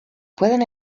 pueden